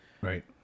Right